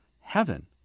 Heaven